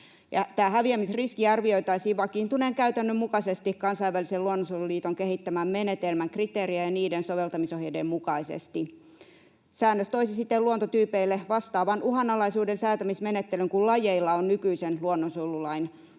häviämisriski arvioitaisiin vakiintuneen käytännön mukaisesti Kansainvälisen luonnonsuojeluliiton kehittämän menetelmän, kriteerien ja niiden soveltamisohjeiden mukaisesti. Säännös toisi siten luontotyypeille vastaavan uhanalaisuuden säätämismenettelyn kuin lajeilla on nykyisen luonnonsuojelulain 46